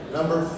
Number